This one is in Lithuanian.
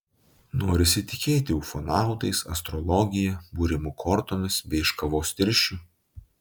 norisi tikėti ufonautais astrologija būrimu kortomis bei iš kavos tirščių